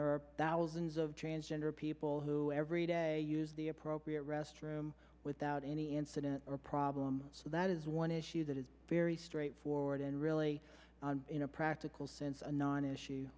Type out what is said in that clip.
are thousands of transgender people who every day use the appropriate restroom without any incident or problem so that is one issue that is very straightforward and really in a practical sense a non issue